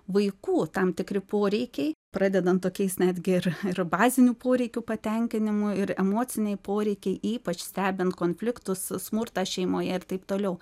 vaikų tam tikri poreikiai pradedant tokiais netgi ir ir bazinių poreikių patenkinimu ir emociniai poreikiai ypač stebint konfliktus smurtą šeimoje ir taip toliau